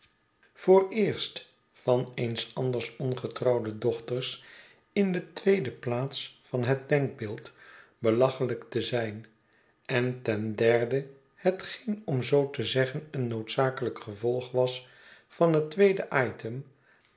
vooreerst van eens anders ongetrouwde dochters in de tweede plaats van het denkbeeld belachelijk te zijn en ten derde hetgeen om zoo te zeggen een noodzakelijk gevolg was van het tweede